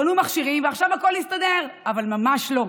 קנו מכשירים ועכשיו הכול יסתדר, אבל ממש לא,